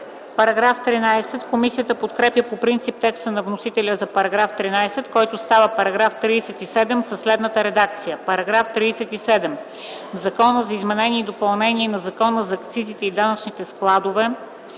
СТОЯНОВА: Комисията подкрепя по принцип текста на вносителя за § 13, който става § 37 със следната редакция: „§ 37. В Закона за изменение и допълнение на Закона за акцизите и данъчните складове